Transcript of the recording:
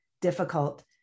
difficult